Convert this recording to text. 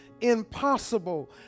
impossible